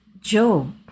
Job